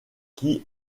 qui